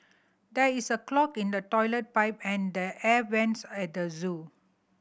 there is a clog in the toilet pipe and the air vents at the zoo